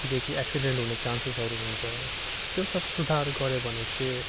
जो कि एक्सिडेन्ट हुने चान्सेसहरू हुन्छ त्यो सब सुधार गर्यो भने चाहिँ